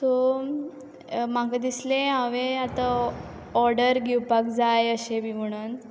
so म्हाका दिसलें हांवें आतां ऑर्डर घेवपाक जाय अशें बी म्हुणोन